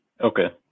Okay